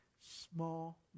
small